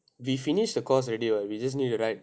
we finish the course already [what] we just need to write